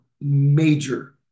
major